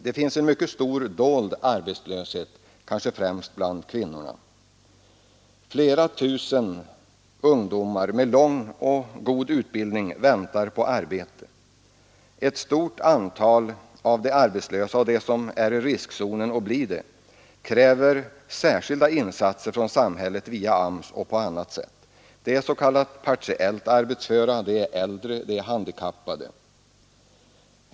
Det finns en mycket stor dold arbetslöshet, kanske främst bland kvinnorna. Flera tusen ungdomar med lång och god utbildning väntar på arbete. Ett stort antal arbetslösa och många av dem som är i riskzonen för arbetslöshet kräver särskilda insatser från samhället via AMS och på annat sätt. Det är s.k. partiellt arbetsföra, det är äldre, det är handikappade.